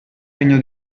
regno